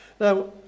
Now